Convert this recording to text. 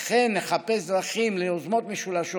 וכן נחפש דרכים ליוזמות משולשות